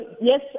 yes